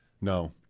No